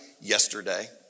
Yesterday